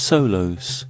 Solos